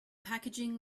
packaging